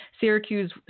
Syracuse